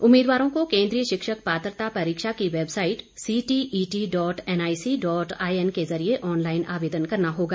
उम्मीदवारों को केन्द्रीय शिक्षक पात्रता परीक्षा की website CTET dot N I C dot I N के जरिए ऑनलाइन आवेदन करना होगा